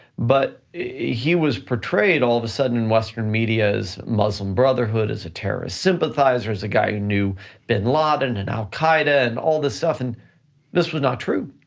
but he was portrayed all of a sudden western media's muslim brotherhood as a terrorist sympathizer, as a guy who knew bin laden and and al-qaida and all this stuff, and this was not true.